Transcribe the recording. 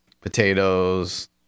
potatoes